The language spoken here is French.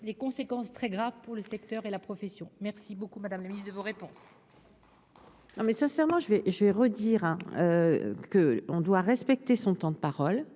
les conséquences très graves pour le secteur et la profession, merci beaucoup, madame la ministre, de vos réponses.